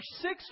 six